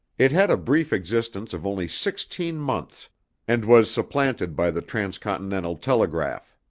it had a brief existence of only sixteen months and was supplanted by the transcontinental telegraph.